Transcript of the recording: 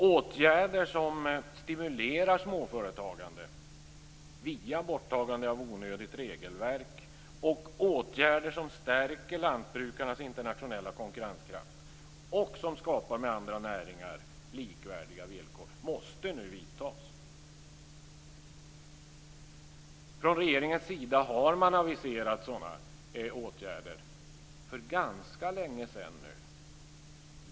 Åtgärder som stimulerar småföretagande, via borttagande av onödigt regelverk, och åtgärder som stärker lantbrukarnas internationella konkurrenskraft och skapar likvärdiga villkor med andra näringar måste nu vidtas. Regeringen har aviserat sådana åtgärder för ganska länge sedan.